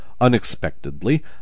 Unexpectedly